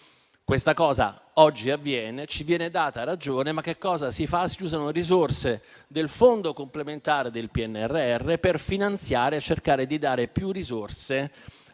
Questa cosa oggi avviene e ci viene data ragione. Ma cosa si fa? Si usano risorse del fondo complementare del PNRR per finanziare e cercare di dare maggiori risorse alla